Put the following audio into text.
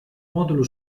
módulo